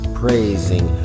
praising